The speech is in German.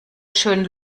schön